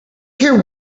care